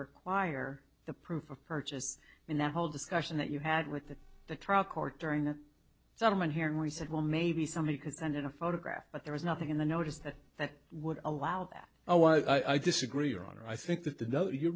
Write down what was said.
require the proof of purchase in the whole discussion that you had with the the trial court during that someone here and we said well maybe somebody could send in a photograph but there was nothing in the notice that that would allow that oh i disagree your honor i think that the no you re